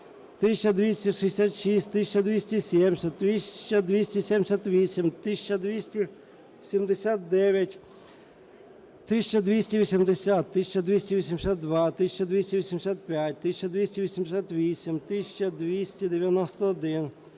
1266, 1270, 1278, 1279, 1280, 1282, 1285, 1288, 1291,